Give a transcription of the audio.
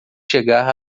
chegar